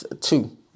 two